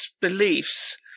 beliefs